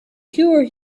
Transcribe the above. cure